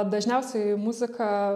dažniausiai muziką